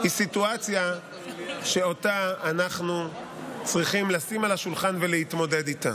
היא סיטואציה שאותה אנחנו צריכים לשים על השולחן ולהתמודד איתה.